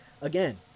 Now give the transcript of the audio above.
again